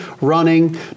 running